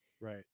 right